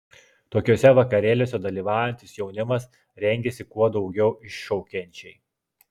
tokiuose vakarėliuose dalyvaujantis jaunimas rengiasi kuo daugiau iššaukiančiai